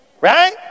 right